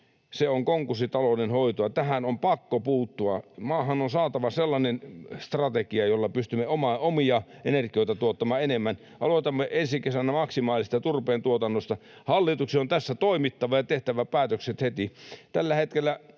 Se on konkurssitaloudenhoitoa. Tähän on pakko puuttua. Maahan on saatava sellainen strategia, jolla pystymme omia energioita tuottamaan enemmän. Aloitamme ensi kesänä maksimaalisesta turpeen tuotannosta. Hallituksen on tässä toimittava ja tehtävä päätökset heti.